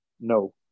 No